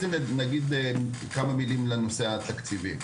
זה אני גם אגיד כמה מילים בנושא התקציבי.